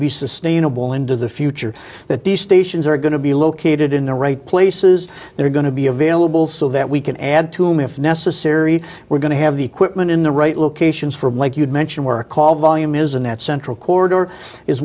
be sustainable into the future that the stations are going to be located in the right places they're going to be available so that we can add to him if necessary we're going to have the equipment in the right locations for like you'd mentioned we're call volume is in that central corridor